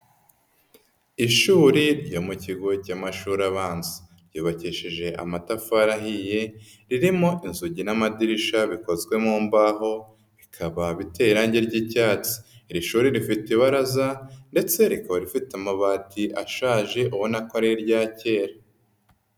Ishuri ryo mu kigo cy'amashuri abanza, ryubakishije amatafari ahiye, ririmo inzugi n'amadirisha bikozwe mu mbaho bikaba biteye irangi ry'icyatsi, iri shuri rifite ibaraza ndetse rikaba rifite amabati ashaje ubona ko ari irya kera.